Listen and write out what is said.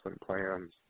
plans